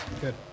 Good